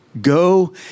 Go